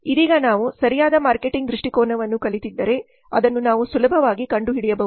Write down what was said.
ಇದೀಗ ನಾವು ಸರಿಯಾದ ಮಾರ್ಕೆಟಿಂಗ್ ದೃಷ್ಟಿಕೋನವನ್ನು ಕಲಿತಿದ್ದರೆ ಅದನ್ನು ನಾವು ಸುಲಭವಾಗಿ ಕಂಡುಹಿಡಿಯಬಹುದು